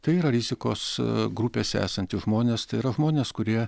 tai yra rizikos grupėse esantys žmonės tai yra žmonės kurie